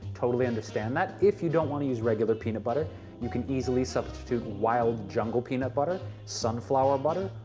totally understand that. if you don't want to use regular peanut butter you can easily substitute wild jungle peanut butter, sunflower butter,